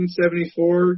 1974